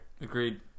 agreed